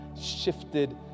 shifted